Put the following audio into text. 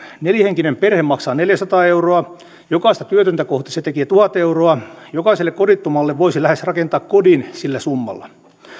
nelihenkinen perhe maksaa neljäsataa euroa jokaista työtöntä kohti se tekee tuhat euroa jokaiselle kodittomalle voisi lähes rakentaa kodin sillä summalla